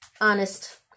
Honest